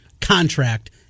contract